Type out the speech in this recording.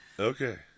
Okay